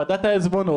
את ועדת העזבונות,